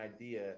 idea